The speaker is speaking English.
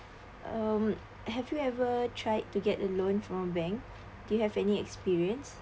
um have you ever tried to get a loan from bank do you have any experience